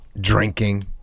drinking